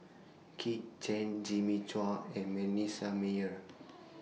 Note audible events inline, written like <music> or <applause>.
Kit Chan Jimmy Chua and Manasseh Meyer <noise>